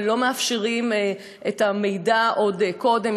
ולא מאפשרים את המידע עוד קודם,